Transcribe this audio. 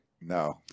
No